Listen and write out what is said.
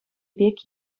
пек